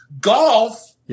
golf